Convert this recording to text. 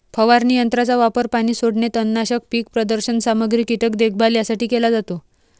फवारणी यंत्राचा वापर पाणी सोडणे, तणनाशक, पीक प्रदर्शन सामग्री, कीटक देखभाल यासाठी केला जातो